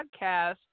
podcast